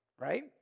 Right